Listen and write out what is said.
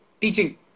teaching